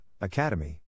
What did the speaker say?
academy